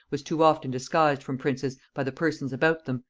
was too often disguised from princes by the persons about them,